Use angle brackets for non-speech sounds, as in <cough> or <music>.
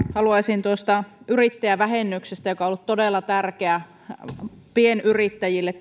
haluaisin tuosta yrittäjävähennyksestä joka on ollut todella tärkeä vastaantulo pienyrittäjille <unintelligible>